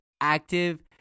active